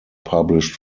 published